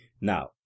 now